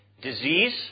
disease